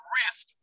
risk